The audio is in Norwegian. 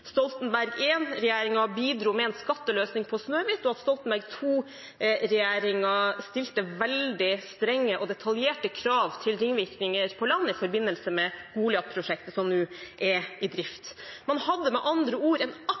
bidro med en skatteløsning for Snøhvit, og at Stoltenberg II-regjeringen stilte veldig strenge og detaljerte krav til ringvirkninger på land i forbindelse med Goliat-prosjektet, som nå er i drift. Man hadde med andre ord en